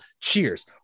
cheers